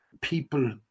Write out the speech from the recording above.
people